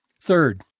Third